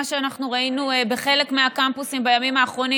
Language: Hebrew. מה שאנחנו ראינו בחלק מהקמפוסים בימים האחרונים